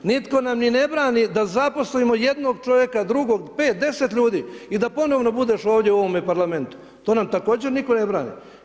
Nitko nam ni ne brani da zaposlimo jednog čovjeka, drugog, pet, deset ljudi i da ponovno budeš ovdje u ovome parlamentu, to nam također nitko ne brani.